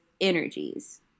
energies